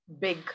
big